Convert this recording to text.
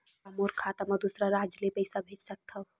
का मोर खाता म दूसरा राज्य ले पईसा भेज सकथव?